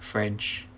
french